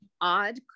odd